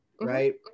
right